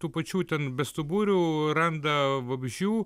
tų pačių ten bestuburių randa vabzdžių